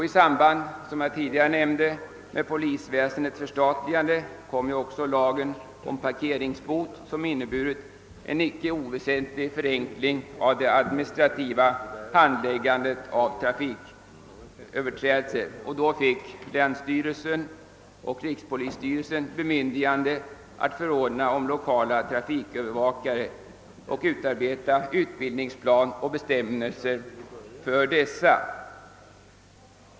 I samband med polisväsendets förstatligande tillkom även lagen om parkeringsbot, som inneburit en icke oväsentlig förenkling av det administrativa handläggandet av trafiköverträdelserna. Då fick länsstyrelser och rikspolisstyrelsen bemyndigande att förordna om lokala trafikövervakare och utarbeta utbildningsplan och bestämmelser för dessa.